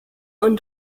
und